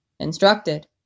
Instructed